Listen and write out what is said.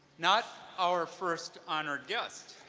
not our first honored guest.